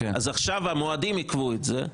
עכשיו המועדים עיכבו את זה,